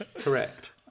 Correct